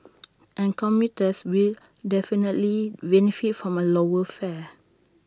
and commuters will definitely benefit from A lower fare